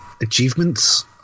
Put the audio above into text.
achievements